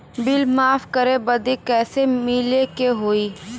Bill माफ करे बदी कैसे मिले के होई?